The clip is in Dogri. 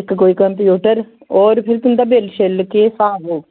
इक कोई कम्प्यूटर होर फिर तुं'दा बिल शिल केह् स्हाब होग